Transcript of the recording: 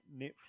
Netflix